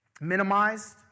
Minimized